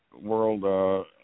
world